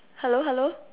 hello hello